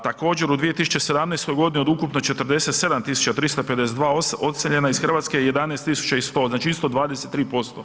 Također, u 2017. g. od ukupno 47 352 odseljena iz Hrvatske, 11 100, znači isto 23%